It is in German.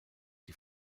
die